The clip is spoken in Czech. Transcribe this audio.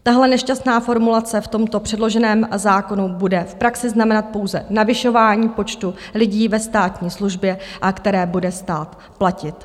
Tahle nešťastná formulace v tomto předloženém zákonu bude v praxi znamenat pouze navyšování počtu lidí ve státní službě, které bude stát platit.